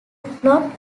plot